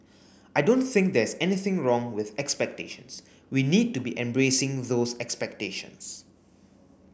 I don't think there's anything wrong with expectations we need to be embracing those expectations